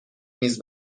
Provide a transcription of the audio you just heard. میز